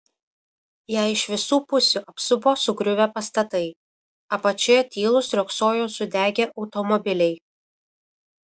ją iš visų pusių apsupo sugriuvę pastatai apačioje tylūs riogsojo sudegę automobiliai